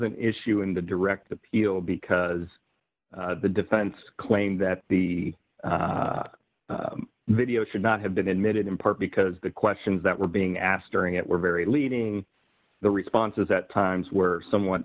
an issue in the direct appeal because the defense claimed that the video should not have been admitted in part because the questions that were being asked during it were very leading the responses at times where someone